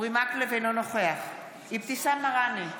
אינו נוכח אבתיסאם מראענה,